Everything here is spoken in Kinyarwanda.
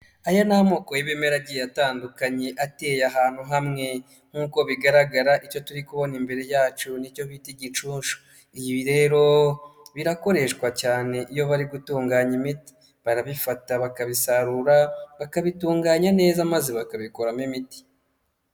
Aya ni amoko y'ibimera agiye atandukanye ateye ahantu hamwe, nk'uko bigaragara icyo turi kubona imbere yacu nicyo bita igicuncu. Ibi rero birakoreshwa cyane iyo bari gutunganya imiti, barabifata bakabisarura, bakabitunganya neza maze bakabikoramo imiti.